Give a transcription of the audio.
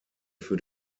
für